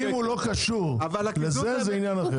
אם הוא לא קשור לזה זה עניין אחר.